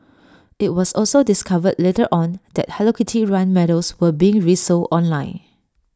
IT was also discovered later on that hello kitty run medals were being resold online